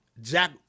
Jack